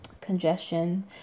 congestion